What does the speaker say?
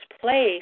place